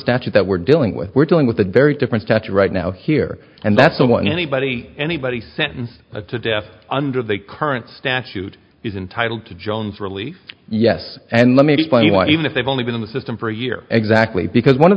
statute that we're dealing with we're dealing with a very different statute right now here and that's the one anybody anybody sentenced to death under the current statute is entitled to jones relief yes and let me explain why even if they've only been in the system for a year exactly because one of